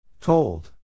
Told